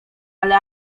ale